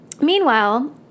meanwhile